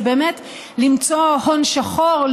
זה באמת למצוא הון שחור,